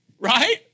right